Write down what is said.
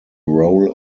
role